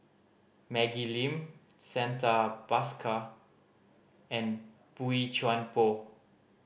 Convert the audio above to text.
Maggie Lim Santha Bhaskar and Boey Chuan Poh